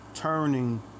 Turning